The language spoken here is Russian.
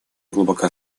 глубоко